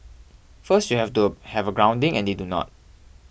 first you have to have a grounding and they do not